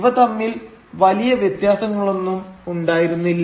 ഇവ തമ്മിൽ വലിയ വ്യത്യാസങ്ങളൊന്നും ഉണ്ടായിരുന്നില്ല